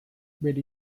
bere